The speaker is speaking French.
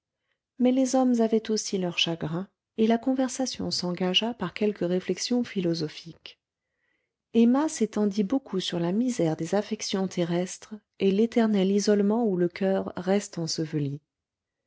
mais les hommes avaient aussi leurs chagrins et la conversation s'engagea par quelques réflexions philosophiques emma s'étendit beaucoup sur la misère des affections terrestres et l'éternel isolement où le coeur reste enseveli